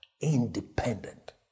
independent